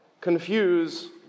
confuse